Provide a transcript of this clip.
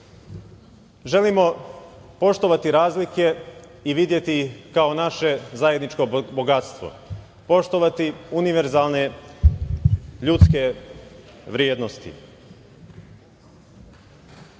Želimo poštovati razlike i videti kao naše zajedničko bogatstvo, poštovati univerzalne ljudske vrednosti. Ovde